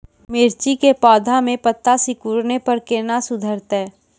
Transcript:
मिर्ची के पौघा मे पत्ता सिकुड़ने पर कैना सुधरतै?